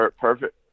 perfect